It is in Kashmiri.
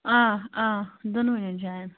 آ آ دۄنوٕنین جایَن